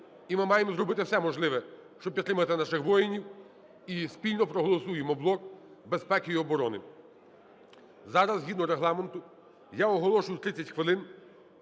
і ми маємо зробити все можливе, щоб підтримати наших воїнів, і спільно проголосуємо блок безпеки і оборони. Зараз згідно Регламенту я оголошую 30 хвилин